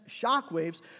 shockwaves